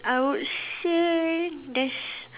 I would say there's